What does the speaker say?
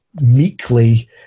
meekly